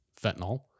fentanyl